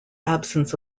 absence